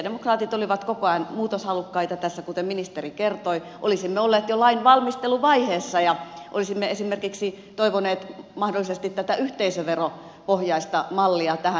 sosialidemokraatit olivat koko ajan muutoshalukkaita tässä kuten ministeri kertoi olisimme olleet jo lain valmisteluvaiheessa ja olisimme esimerkiksi toivoneet mahdollisesti tätä yhteisöveropohjaista mallia tähän